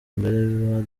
mbere